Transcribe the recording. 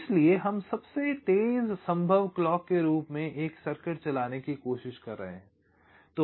इसलिए हम सबसे तेज़ संभव क्लॉक के रूप में एक सर्किट चलाने की कोशिश कर रहे हैं